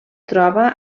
troba